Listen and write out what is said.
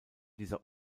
dieser